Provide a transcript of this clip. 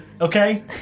Okay